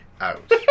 out